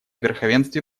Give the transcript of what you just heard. верховенстве